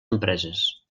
empreses